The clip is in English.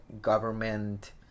government